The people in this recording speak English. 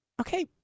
Okay